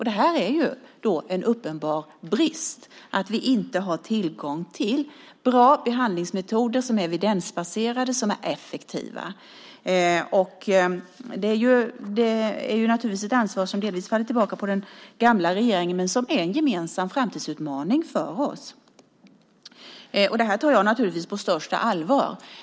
Det är en uppenbar brist att vi inte har tillgång till bra behandlingsmetoder som är evidensbaserade och effektiva. Det är naturligtvis ett ansvar som delvis faller tillbaka på den gamla regeringen men som är en gemensam framtidsutmaning för oss. Det här tar jag naturligtvis på största allvar.